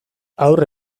haur